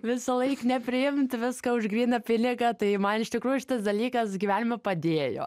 visąlaik nepriimt viską už gryną pinigą tai man iš tikrųjų šitas dalykas gyvenime padėjo